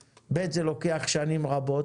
ב', זה לוקח שנים רבות.